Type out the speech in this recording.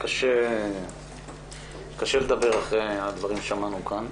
קשה לדבר אחרי הדברים ששמענו כאן.